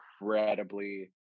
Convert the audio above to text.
incredibly